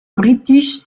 british